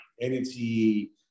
energy